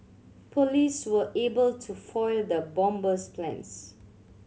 police were able to foil the bomber's plans